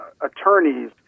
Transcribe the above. attorneys